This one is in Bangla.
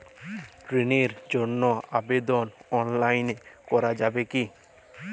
ঋণের জন্য আবেদন অনলাইনে করা যাবে কি?